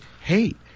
hate